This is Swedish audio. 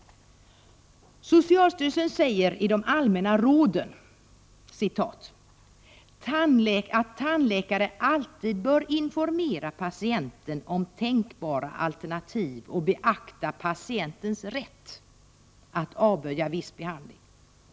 Socialstyrelsen skriver i de allmänna råden att ”tandläkare alltid bör informera patienten om tänkbara alternativ och beakta patientens rätt att avböja viss behandling”.